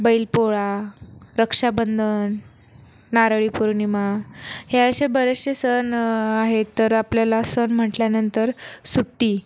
बैल पोळा रक्षाबंधन नारळी पौर्णिमा हे असे बरेचसे सण आहेत तर आपल्याला सण म्हटल्यानंतर सुट्टी